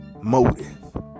motive